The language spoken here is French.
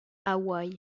hawaï